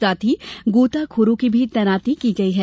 साथ ही गोताखोरों की भी तैनाती की गई है